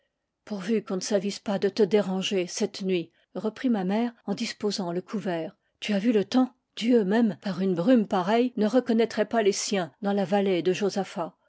pourvu qu'on ne s'avise pas de te déranger cette nuit reprit ma mère en disposant le couvert tu as vu le temps a ce moment l'appel plaintif déchira de nouveau l'espace dieu même par une brume pareille ne reconnaîtrait pas les siens dans la vallée de josaphat